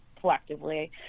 collectively